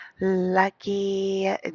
lucky